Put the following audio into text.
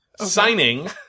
Signing